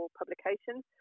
publications